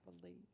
believe